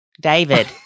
David